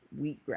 wheatgrass